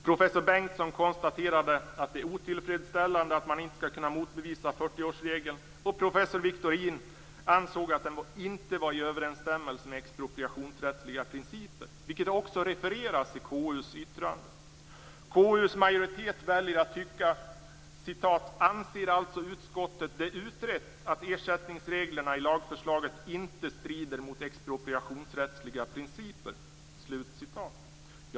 Professor Bertil Bengtsson konstaterade att det är otillfredsställande att man inte skall kunna motbevisa 40-årsregeln och professor Anders Victorin ansåg att den inte är i överensstämmelse med expropriationsrättsliga principer, vilket också refereras i KU:s yttrande. Enligt vad KU:s majoritet väljer att tycka så "anser alltså utskottet det utrett att ersättningsreglerna i lagförslaget inte strider mot expropriationsrättsliga principer".